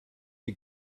you